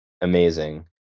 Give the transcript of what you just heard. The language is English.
amazing